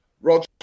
Roger